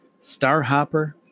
Starhopper